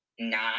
Nine